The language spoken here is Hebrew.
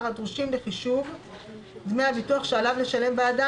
הדרושים לחישוב דמי הביטוח עליו לשלם בעדם,